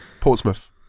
Portsmouth